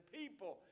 people